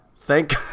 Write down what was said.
Thank